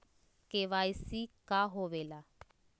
KYC का होवेला?